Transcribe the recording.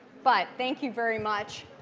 but thank you very much,